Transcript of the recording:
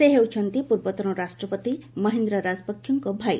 ସେ ହେଉଛନ୍ତି ପୂର୍ବତନ ରାଷ୍ଟ୍ରପତି ମହିନ୍ଦ୍ରା ରାଜପକ୍ଷଙ୍କ ଭାଇ